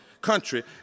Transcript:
country